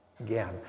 again